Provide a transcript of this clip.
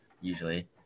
usually